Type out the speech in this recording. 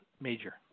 major